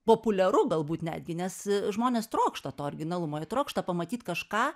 populiaru galbūt netgi nes žmonės trokšta to originalumo jie trokšta pamatyt kažką